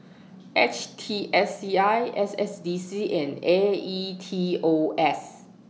H T S C I S S D C and A E T O S